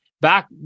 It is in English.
back